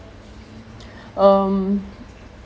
um